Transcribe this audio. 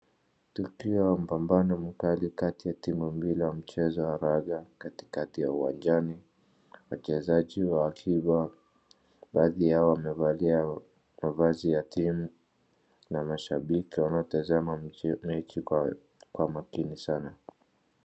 Tukio ya mpambano mkali kati ya timu mbili ya michezo wa raga katikati ya uwanjani, wachezaji wakiwa baadhi yao wamevalia mavazi ya timu na mashabiki wanaotazama mechi kwa makini sana.